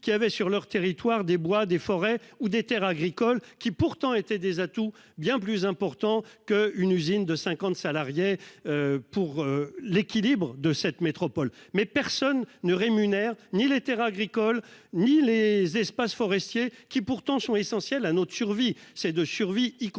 qui avaient sur leur territoire des bois des forêts ou des Terres agricoles qui pourtant étaient des atouts bien plus important que une usine de 50 salariés. Pour l'équilibre de cette métropole mais personne ne rémunère ni les Terres agricoles, ni les espaces forestiers qui pourtant sont essentiels à notre survie c'est de survie, y compris